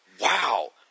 wow